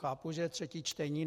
Chápu, že je třetí čtení.